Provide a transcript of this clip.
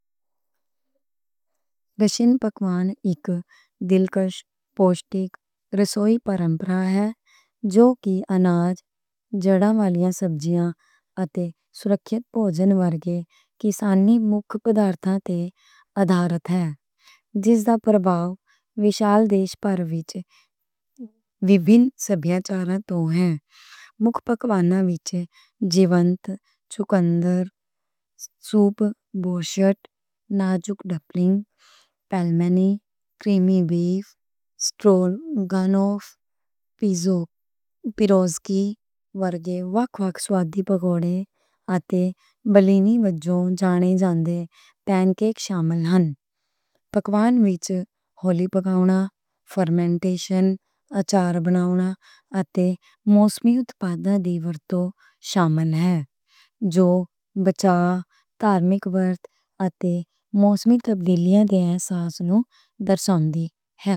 روسی پکوان اک دلکش، پوسٹک، رسوئی پرمپرا ہے۔ جو کہ اناج، جڑ والی سبزیاں اتے سرکشت پوشن ورگے کسانی مکھ پردارٹھاں تے آدھارت ہن۔ جس دا پراباو وشال دیش پروچ ویبھِن سبھیاچاراں توں ہے۔ مکھ پکواناں وچ بوشٹ، نازک ڈمپلنگ پیلمینی، کریمی بیف، گانوف، پیروژکی ورگے واک واک سوادھی پکوان اتے بلینی وجوں جانے جانے پینکیک شامل ہن۔ پکوان وچ ہولی پکاونا، فرمنٹیشن، اچار بناونا اتے موسمی اتپاداں دے ورتو شامل ہن۔ جو بچاؤ، ٹائمک ورتھ اتے موسمی تبدیلاں دے ہانساں نوں درشاؤندے ہے۔